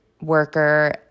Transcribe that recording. worker